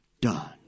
done